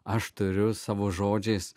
aš turiu savo žodžiais